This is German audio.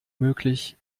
möglich